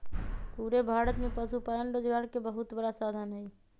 पूरे भारत में पशुपालन रोजगार के बहुत बड़ा साधन हई